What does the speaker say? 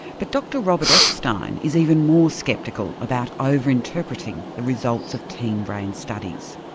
but dr robert epstein is even more sceptical about over-interpreting the results of teen brain studies.